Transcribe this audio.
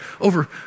Over